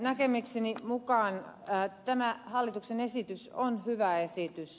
näkemykseni mukaan tämä hallituksen esitys on hyvä esitys